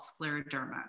scleroderma